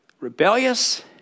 rebellious